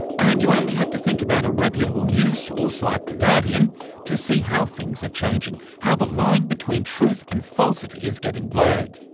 and you only have to think about a reputable news source like the guardian to see how things are changing, how the line between truth and falsity is getting blurred.